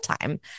time